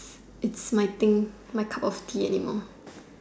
it's my thing my cup of tea anymore